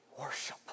Worship